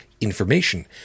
information